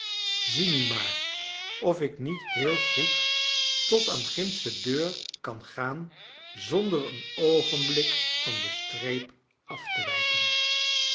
zie nu maar of ik niet heel goed tot aan gindsche deur kan gaan zonder een oogenblik van de streep af te wijken